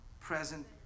present